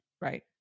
Right